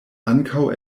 ankaŭ